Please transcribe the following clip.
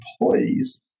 employees